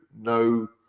no